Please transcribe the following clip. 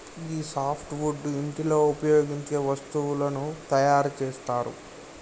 గీ softwood ఇంటిలో ఉపయోగించే వస్తువులను తయారు చేస్తరు